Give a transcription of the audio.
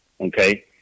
Okay